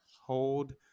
hold